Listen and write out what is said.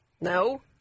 No